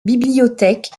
bibliothèque